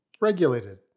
regulated